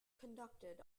conducted